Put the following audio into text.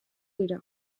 dira